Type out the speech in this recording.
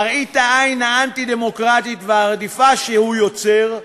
מראית העין האנטי-דמוקרטית והרדיפה שהוא יוצר,